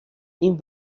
این